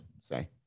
say